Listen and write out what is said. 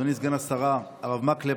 אדוני סגן השרה הרב מקלב,